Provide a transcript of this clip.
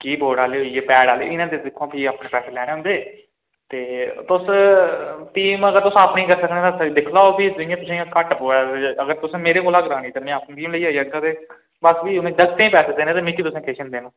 keyboard आह्ले होई गे पैड आह्ले इ'नें ते दिक्खो आं भी अपने पैसे लैने होंदे ते तुस टीम अगर तुस अपनी करी सकने आं ते दिक्खी लैओ भी जि'यां तुसें ईं घट्ट पौऐ ते अगर तुसे मेरे कोला करानी ते में अपनी टीम लेइयै आई जाह्गा ते बाकी त जागतें ईं पैसे देने ते मिक्की तुसें किश निं देना